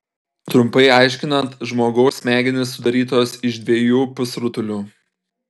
trumpai aiškinant žmogaus smegenys sudarytos iš dviejų pusrutulių